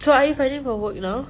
so are you finding for work now